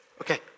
Okay